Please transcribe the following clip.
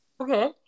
Okay